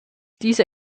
diese